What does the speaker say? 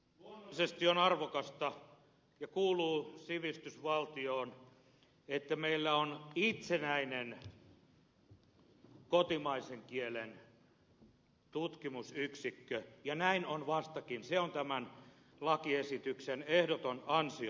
luonnollisesti on arvokasta ja kuuluu sivistysvaltioon että meillä on itsenäinen kotimaisen kielen tutkimusyksikkö ja näin on vastakin se on tämän lakiesityksen ehdoton ansio